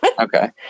Okay